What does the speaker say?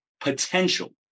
potential